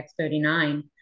X39